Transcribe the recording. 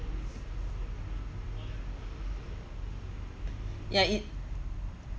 ya it